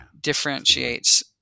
differentiates